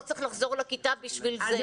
לא צריך לחזור לכיתה בשביל זה.